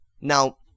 Now